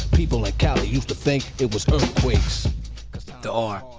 people in cali used to think it was earthquakes the r